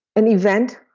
an event,